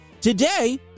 Today